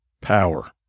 power